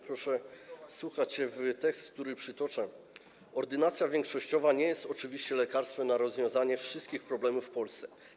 Proszę wsłuchać się w tekst, który przytoczę: Ordynacja większościowa nie jest oczywiście lekarstwem na rozwiązanie wszystkich problemów w Polsce.